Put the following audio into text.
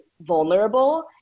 vulnerable